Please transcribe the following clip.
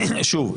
שוב,